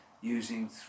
using